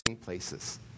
places